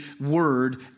word